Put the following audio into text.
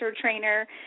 trainer